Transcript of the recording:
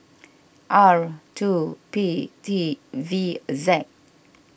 R two P T V Z